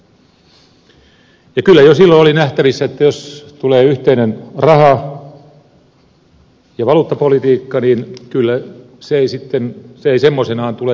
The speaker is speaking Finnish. kyllä jo silloin oli nähtävissä että jos tulee yhteinen raha ja valuuttapolitiikka niin se ei kyllä semmoisenaan tule toimimaan